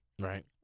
Right